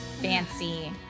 fancy